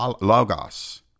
logos